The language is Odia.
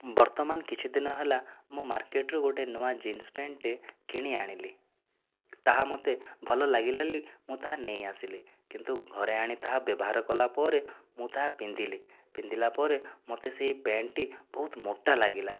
ବର୍ତ୍ତମାନ କିଛି ଦିନ ହେଲା ମୁଁ ମାର୍କେଟରୁ ଗୋଟିଏ ନୂଆଁ ଜିନ୍ସ ପ୍ୟାଣ୍ଟଟେ କିଣି ଆଣିଲି ତାହା ମୋତେ ଭଲ ଲାଗିଲା ବୋଲି ମୁଁ ତାହା ନେଇ ଆସିଲି କିନ୍ତୁ ଘରେ ଆଣି ତାହା ବ୍ୟବହାର କଲା ପରେ ମୁଁ ତାହା ପିନ୍ଧିଲି ପିନ୍ଧିଲା ପରେ ମୋତେ ସେ ପ୍ୟାଣ୍ଟଟି ବହୁତ ମୋଟା ଲାଗିଲା